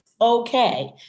okay